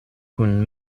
kun